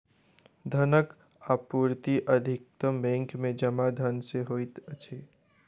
धनक आपूर्ति अधिकतम बैंक में जमा धन सॅ होइत अछि